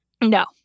No